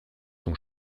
son